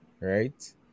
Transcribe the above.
Right